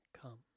come